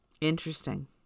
interesting